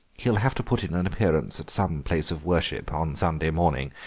he'll have to put in an appearance at some place of worship on sunday morning,